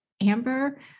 Amber